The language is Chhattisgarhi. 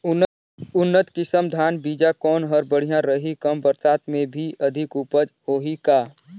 उन्नत किसम धान बीजा कौन हर बढ़िया रही? कम बरसात मे भी अधिक उपज होही का?